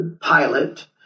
pilot